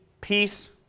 peace